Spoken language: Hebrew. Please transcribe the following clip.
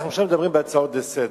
עכשיו אנחנו מדברים בהצעות לסדר-היום.